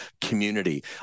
community